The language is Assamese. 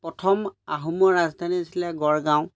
প্ৰথম আহোমৰ ৰাজধানী আছিলে গড়গাঁও